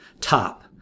top